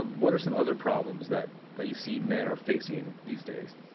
and what are some other problems that that you see men are facing these days?